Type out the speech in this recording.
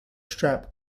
strap